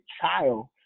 child